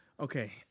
Okay